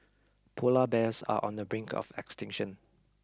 polar bears are on the brink of extinction